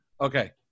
Okay